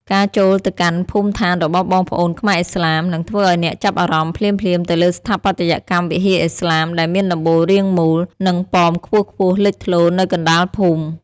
ការចូលទៅកាន់ភូមិដ្ឋានរបស់បងប្អូនខ្មែរឥស្លាម នឹងធ្វើឱ្យអ្នកចាប់អារម្មណ៍ភ្លាមៗទៅលើស្ថាបត្យកម្មវិហារឥស្លាម ដែលមានដំបូលរាងមូល និងប៉មខ្ពស់ៗលេចធ្លោនៅកណ្តាលភូមិ។